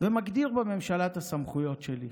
ומגדיר בממשלה את הסמכויות שלי.